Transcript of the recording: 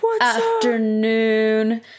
afternoon